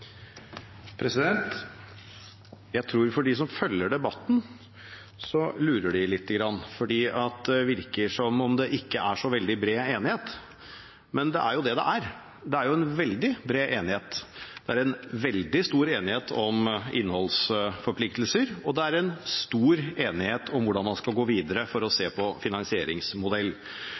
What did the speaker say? virker som om det ikke er så veldig bred enighet. Men det er jo det det er – det er en veldig bred enighet. Det er en veldig stor enighet om innholdsforpliktelser, og det er en stor enighet om hvordan man skal gå videre for å se på